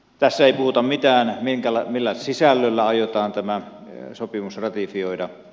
tässä ei puhuta mitään millä sisällöllä aiotaan tämä sopimus ratifioida